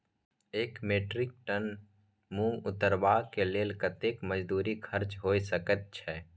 एक metric ton मूंग उतरबा के लेल कतेक मजदूरी खर्च होय सकेत छै?